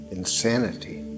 insanity